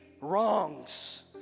wrongs